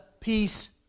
peace